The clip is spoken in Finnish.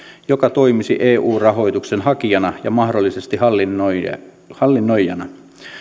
joka toimisi eu rahoituksen hakijana ja mahdollisesti hallinnoijana hallinnoijana